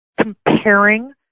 comparing